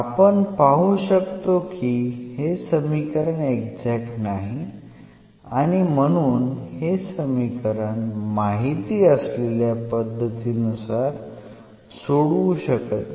आपण पाहू शकतो की हे समीकरण एक्झॅक्ट नाही आणि म्हणून आपण हे समीकरण माहिती असलेल्या पद्धतीनुसार सोडवू शकत नाही